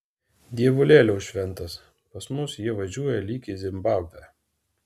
dievulėliau šventas pas mus jie važiuoja lyg į zimbabvę